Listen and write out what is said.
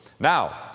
Now